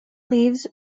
leaves